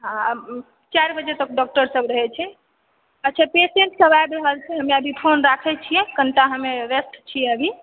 हॅं चारि बजे तक डॉक्टर सब रहै छै अच्छा पेसेंट सब आबि रहल छै हम अभी फोन राखै छियै व्यस्त छियै अभी